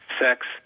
Sex